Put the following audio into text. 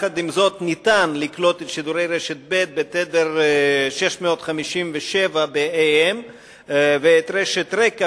ניתן לקלוט את שידורי רשת ב' בתדר AM 657 ואת רשת רק"ע